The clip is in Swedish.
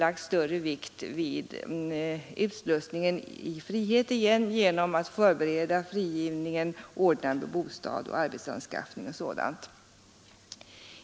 Man har även lagt större vikt vid utslussningen i frihet genom att förbereda frigivningen, ordna med bostad och arbetsanskaffning m.m.